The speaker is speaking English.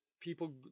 people